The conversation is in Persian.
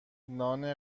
نان